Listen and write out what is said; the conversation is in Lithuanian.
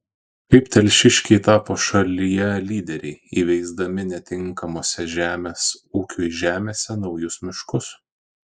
kaip telšiškiai tapo šalyje lyderiai įveisdami netinkamose žemės ūkiui žemėse naujus miškus